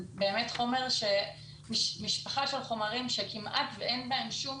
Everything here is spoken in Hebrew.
באמת משפחה של חומרים שכמעט ואין עליהם שום